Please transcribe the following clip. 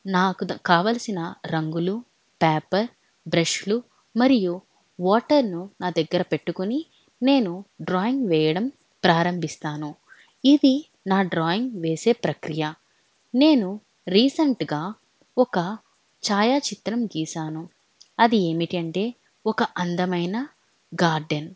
నాకు కావాలసిన రంగులు పేపర్ బ్రష్లు మరియు వాటర్ను నా దగ్గర పెట్టుకుని నేను డ్రాయింగ్ వేయడం ప్రారంభిస్తాను ఇది నా డ్రాయింగ్ వేసే ప్రక్రియ నేను రీసెంట్గా ఒక ఛాయాచిత్రం గీసాను అది ఏమిటంటే ఒక అందమైన గార్డెన్